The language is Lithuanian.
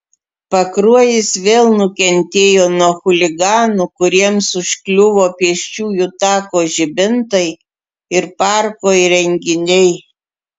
pakruojis vėl nukentėjo nuo chuliganų kuriems užkliuvo pėsčiųjų tako žibintai ir parko įrenginiai